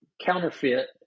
counterfeit